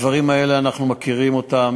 הדברים האלה, אנחנו מכירים אותם.